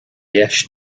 dheis